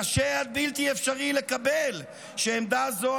קשה עד בלתי אפשרי לקבל שעמדה זו,